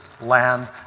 land